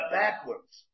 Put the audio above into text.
backwards